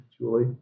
Julie